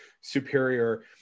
superior